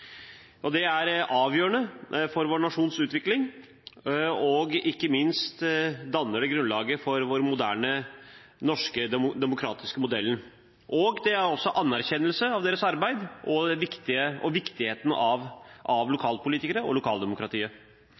Det er avgjørende for vår nasjons utvikling, og ikke minst danner det grunnlaget for vår moderne, norske demokratiske modell. Det er også en anerkjennelse av deres arbeid og viktigheten av lokalpolitikere og lokaldemokratiet.